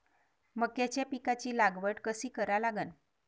मक्याच्या पिकाची लागवड कशी करा लागन?